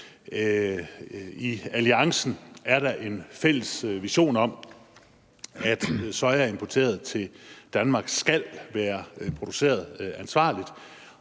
I alliancen er der en fælles vision om, at soja importeret til Danmark skal være produceret ansvarligt,